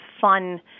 fun